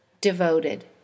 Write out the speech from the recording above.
Devoted